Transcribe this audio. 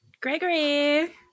Gregory